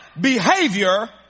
behavior